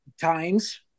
times